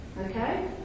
okay